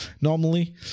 Normally